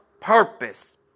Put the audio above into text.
purpose